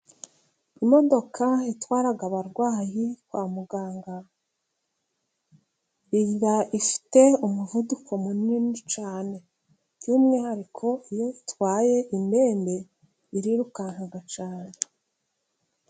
Imodoka itwara abarwayi kwa muganga ifite umuvuduko munini cyane, by'umwihariko iyo itwaye indembe irirukanka cyane.